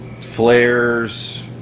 flares